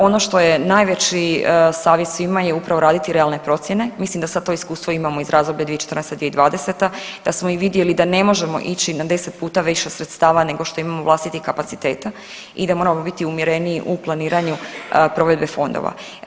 Ono što je najveći savjet svima je upravo raditi realne procjene, mislim da sad to iskustvo imamo iz razdoblja 2014.-2020., da smo i vidjeli da ne možemo ići na 10 puta više sredstava nego što imamo vlastitih kapaciteta i da moramo biti umjereniji u planiranju provedbe fondova.